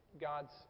God's